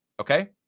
Okay